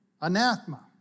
Anathema